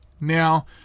Now